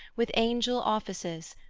with angel offices,